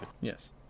Yes